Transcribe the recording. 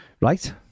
right